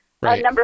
Right